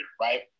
right